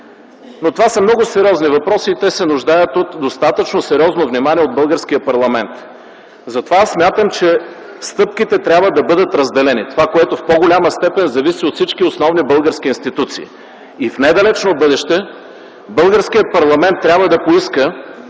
но това са много сериозни въпроси и те се нуждаят от достатъчно сериозно внимание от българския парламент. Затова аз смятам, че стъпките трябва да бъдат разделени – това, което в по-голяма степен зависи от всички основни български институции. В недалечно бъдеще българският парламент трябва да поиска,